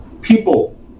People